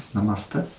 Namaste